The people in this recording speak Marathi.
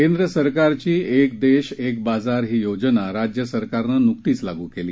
केंद्र सरकारची एक देश एक बाजार योजना राज्य सरकारनं नुकतीच लागू केली